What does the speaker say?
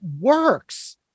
works